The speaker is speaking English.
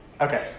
Okay